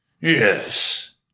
Yes